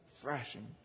thrashing